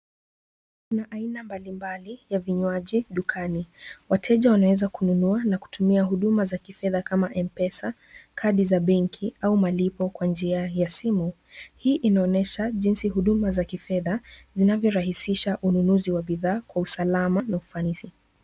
Kuna aina mbalimbali ya vinywaji dukani. Wateja wanaweza kununua na kutumia huduma za kifedha kama vile m pesa, kadi za benki au malipo kwa njia ya simu. Hii inaonyesha jinsi huduma za kifedha zinazorahisisha ununuzi wa bidhaa kwa usalama na ufanisi.